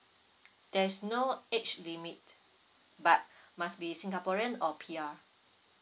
there's no age limit but must be singaporean or P_R